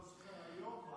שאני לא זוכר היום מה הוא,